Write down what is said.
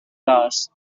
flowers